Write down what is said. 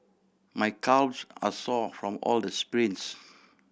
my calves are sore from all the sprints